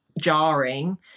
jarring